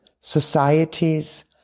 societies